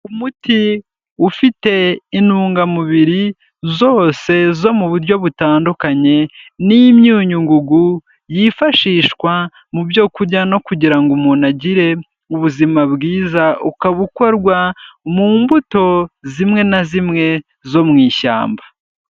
Umuti ufite intungamubiri zose zo mu buryo butandukanye n'imyunyungugu yifashishwa mu byo kurya no kugira ngo umuntu agire ubuzima bwiza, ukaba ukorwa mu mbuto zimwe na zimwe zo mu ishyamba.